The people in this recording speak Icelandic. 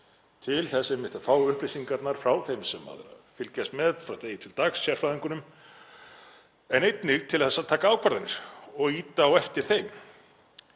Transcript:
einmitt að fá upplýsingarnar frá þeim sem fylgjast með frá degi til dags, sérfræðingunum, en einnig til að taka ákvarðanir og ýta á eftir þeim.